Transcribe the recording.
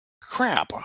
crap